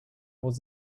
was